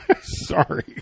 Sorry